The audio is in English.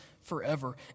forever